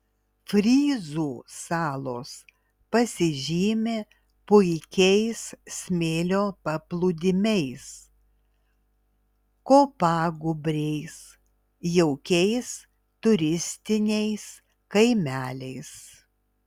fryzų salos pasižymi puikiais smėlio paplūdimiais kopagūbriais jaukiais turistiniais kaimeliais